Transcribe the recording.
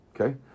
Okay